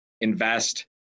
invest